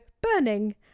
burning